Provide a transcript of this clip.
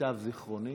למיטב זיכרוני,